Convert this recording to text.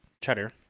Cheddar